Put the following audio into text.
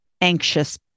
anxious